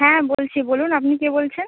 হ্যাঁ বলছি বলুন আপনি কে বলছেন